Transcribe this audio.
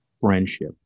friendship